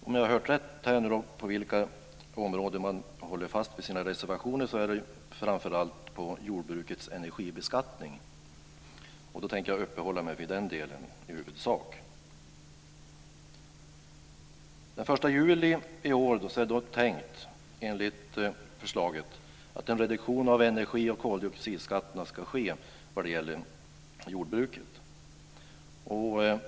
Om jag har hört rätt när det gäller vilka områden som man håller fast vid i sina reservationer är det framför allt i fråga om jordbrukets energibeskattning, och jag tänker i huvudsak uppehålla mig vid den delen. Den 1 juli i år är det enligt förslaget tänkt att en reduktion av energi och koldioxidskatterna ska ske när det gäller jordbruket.